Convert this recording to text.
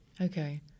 Okay